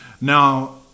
Now